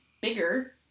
bigger